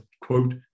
quote